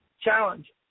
challenge